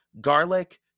garlic